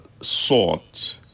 sought